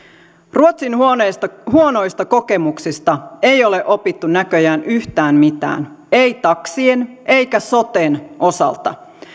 ruotsin huonoista huonoista kokemuksista ei ole opittu näköjään yhtään mitään ei taksien eikä soten osalta